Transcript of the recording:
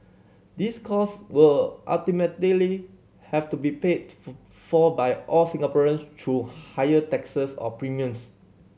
these cost will ultimately have to be paid for by all Singaporeans through higher taxes or premiums